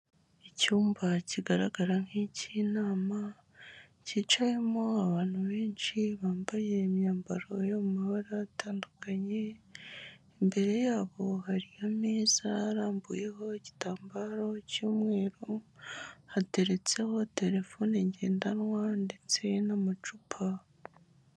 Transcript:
Icyumba kigaragara nk'icyinama cyicayemo abantu benshi bambaye imyambaro yo mu mabara atandukanye, imbere yabo hari ameza arambuyeho igitambaro cy'umweru hateretseho telefone ngendanwa ndetse n'amacupa.